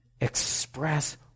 express